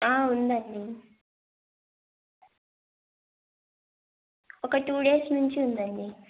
ఉందండి ఒక two days నుంచి ఉందండి